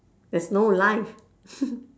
there's no life